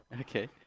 Okay